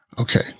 Okay